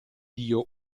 dio